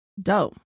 Dope